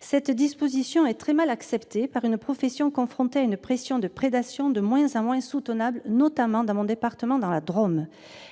Cette disposition est très mal acceptée par une profession confrontée à une pression de prédation de moins en moins soutenable, notamment dans mon département, la Drôme.